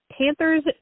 Panthers